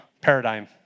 paradigm